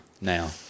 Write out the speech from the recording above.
now